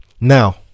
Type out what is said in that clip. now